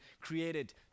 created